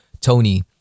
Tony